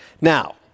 Now